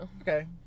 Okay